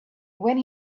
when